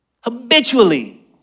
Habitually